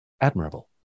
admirable